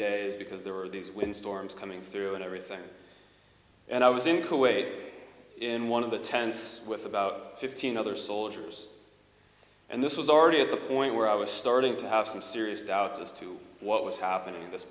days because there were these wind storms coming through and everything and i was in kuwait in one of the tents with about fifteen other soldiers and this was already at the point where i was starting to have some serious doubts as to what was happening in this